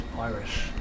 Irish